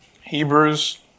Hebrews